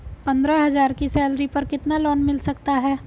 पंद्रह हज़ार की सैलरी पर कितना लोन मिल सकता है?